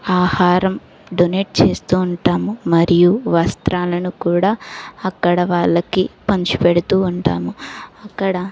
ఆహారం డొనేట్ చేస్తూ ఉంటాము మరియు వస్త్రాలను కూడా అక్కడ వాళ్ళకి పంచి పెడుతూ ఉంటాను అక్కడ